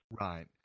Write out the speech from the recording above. Right